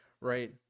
right